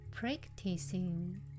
Practicing